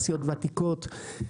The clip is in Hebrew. תעשיות ותיקות,